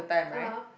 (uh huh)